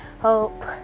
Hope